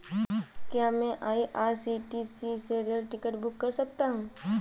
क्या मैं आई.आर.सी.टी.सी से रेल टिकट बुक कर सकता हूँ?